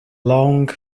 long